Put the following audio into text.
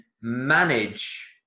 manage